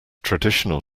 traditional